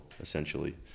essentially